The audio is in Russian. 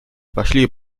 пошли